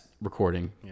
recording